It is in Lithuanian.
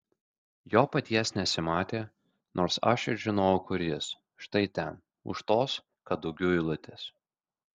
jo paties nesimatė nors aš ir žinojau kur jis štai ten už tos kadugių eilutės